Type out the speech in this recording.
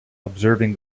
observing